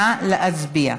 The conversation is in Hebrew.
נא להצביע.